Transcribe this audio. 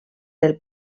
del